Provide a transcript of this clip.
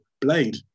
Blade